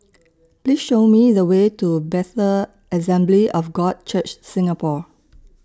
Please Show Me The Way to Bethel Assembly of God Church Singapore